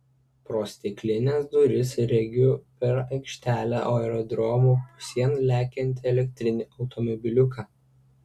pro stiklines duris regiu per aikštelę aerodromo pusėn lekiantį elektrinį automobiliuką